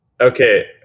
Okay